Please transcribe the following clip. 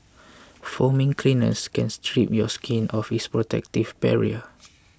foaming cleansers can strip your skin of its protective barrier